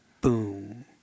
Boom